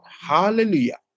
Hallelujah